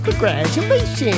Congratulations